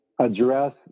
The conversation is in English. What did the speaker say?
address